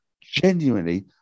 genuinely